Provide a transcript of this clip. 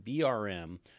BRM